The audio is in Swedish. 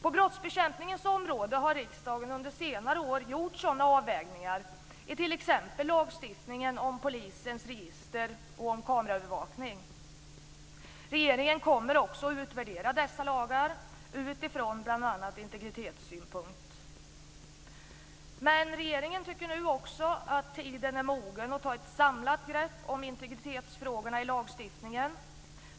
På brottsbekämpningens område har riksdagen under senare år gjort sådana avvägningar i t.ex. lagstiftningen om polisens register och om kameraövervakning. Regeringen kommer också att utvärdera dessa lagar utifrån bl.a. integritetssynpunkt. Men regeringen tycker nu också att tiden är mogen för att man ska ta ett samlat grepp om integritetsfrågorna i lagstiftningen.